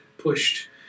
Pushed